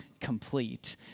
complete